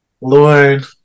Lord